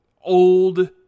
old